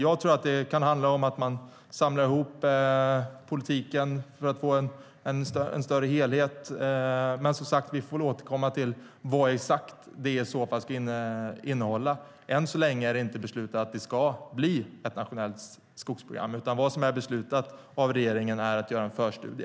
Jag tror att det kan handla om att man samlar ihop politiken för att få en större helhet, men vi får återkomma till vad det exakt ska innehålla. Än så länge är det inte beslutat att det ska bli ett nationellt skogsprogram, utan regeringen har beslutat att göra en förstudie.